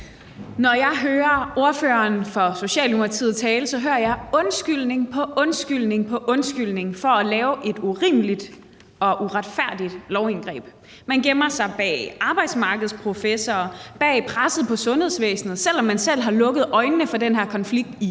Når jeg hører ordføreren for Socialdemokratiet tale, hører jeg undskyldning på undskyldning for at lave et urimeligt og uretfærdigt lovindgreb. Man gemmer sig bag arbejdsmarkedsprofessorer, bag presset på sundhedsvæsenet, selv om man selv har lukket øjnene for den her konflikt i